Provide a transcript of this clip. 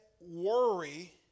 worry